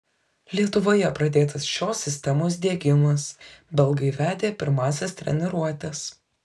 lietuvoje pradėtas šios sistemos diegimas belgai vedė pirmąsias treniruotes